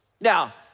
Now